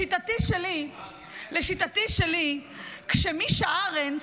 לשיטתי שלי, כשמישה ארנס